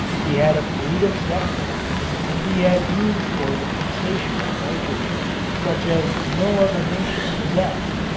he had a fleet of zeppelins and he had means for the fixation of nitrogen such as no other nation possessed.